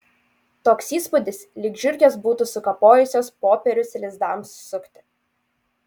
toks įspūdis lyg žiurkės būtų sukapojusios popierius lizdams sukti